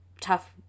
tough